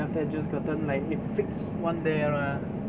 then after that 就是 curtain length is fixed one there mah